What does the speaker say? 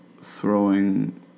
throwing